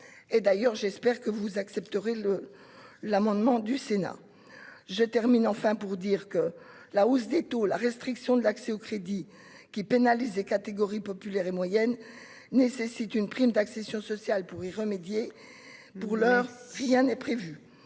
et d'ailleurs, j'espère que vous accepterez le l'amendement du Sénat je termine enfin pour dire que la hausse des taux, la restriction de l'accès au crédit, qui pénalise les catégories populaires et moyennes nécessite une prime d'accession sociale pour y remédier, pour l'heure, rien n'est prévu